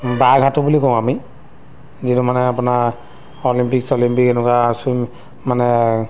বাঘ সাঁতোৰ বুলি কওঁ আমি যিটো মানে আপোনাৰ অলিম্পিক চলিম্পিক এনেকুৱা চুইম মানে